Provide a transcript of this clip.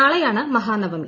നാളെയാണ് മഹാനവമി